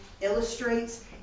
illustrates